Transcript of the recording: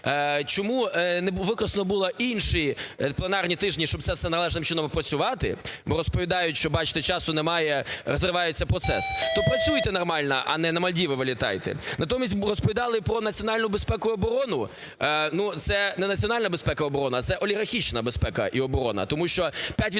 чому не використано було інші пленарні тижні, щоб це все належним чином опрацювати, бо розповідають, що, бачите, часу немає, зривається процес. То працюйте нормально, а не на Мальдіви вилітайте. Натомість розповідали про національну безпеку й оборону. Ну, це не національна безпека і оборона - це олігархічна безпека і оборона. Тому що